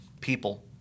people